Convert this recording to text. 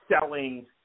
selling